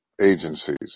agencies